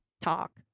talk